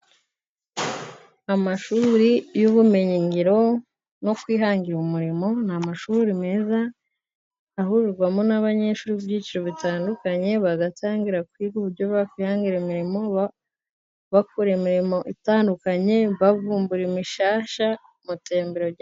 Amashuri y'ubumenyingiro no kwihangira umurimo. Ni amashuri meza ahurirwamo n'abanyeshuri b'ibyiciro bitandukanye bagatangira kwiga uburyo bakwihangira imirimo bakora imirimo itandukanye, bavumbura imishyashya mu iterambere ryabo.